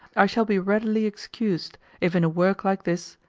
i shall be readily excused if in a work like this,